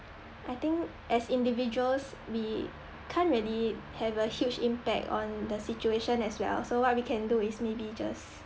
I think as individuals we can't really have a huge impact on the situation as well so what we can do is maybe just